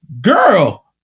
girl